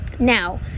Now